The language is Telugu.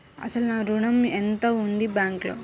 అసలు నా ఋణం ఎంతవుంది బ్యాంక్లో?